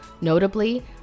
notably